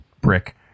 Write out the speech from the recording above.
brick